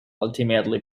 ultimately